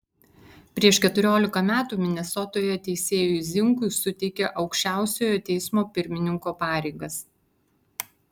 prieš keturiolika metų minesotoje teisėjui zinkui suteikė aukščiausiojo teismo pirmininko pareigas